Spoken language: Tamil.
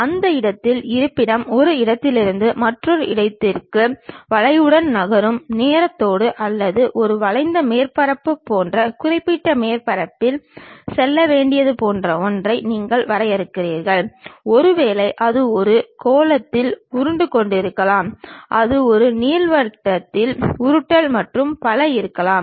அந்த இடத்தின் இருப்பிடம் ஒரு இடத்திலிருந்து மற்றொரு இடத்திற்கு வளைவுடன் நகரும் நேரத்தோடு அல்லது ஒரு வளைந்த மேற்பரப்பு போன்ற குறிப்பிட்ட மேற்பரப்பில் செல்ல வேண்டியது போன்ற ஒன்றை நீங்கள் வரையறுக்கிறீர்கள் ஒருவேளை அது ஒரு கோளத்தில் உருண்டு கொண்டிருக்கலாம் அது ஒரு நீள்வட்டத்தில் உருட்டல் மற்றும் பல இருக்கலாம்